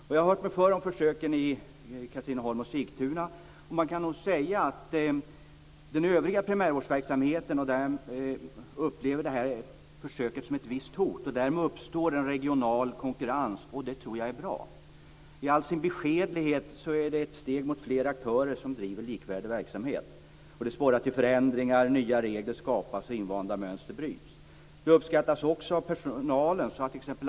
Jag har hört mig för om försöken i Katrineholm och Sigtuna. Den övriga primärvårdsverksamheten upplever försöket som ett hot. Därmed uppstår en regional konkurrens, och det tror jag är bra. I all sin beskedlighet är det ett steg mot fler aktörer som driver likvärdig verksamhet. Det sporrar till förändringar, nya regler skapas och invanda mönster bryts. Detta uppskattas också av personalen.